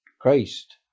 Christ